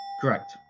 Correct